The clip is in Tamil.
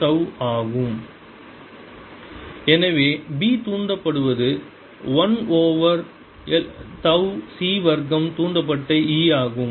Binduced l1c2Einduced எனவே B தூண்டப்படுவது l ஓவர் தவ் C வர்க்கம் தூண்டப்பட்ட E ஆகும்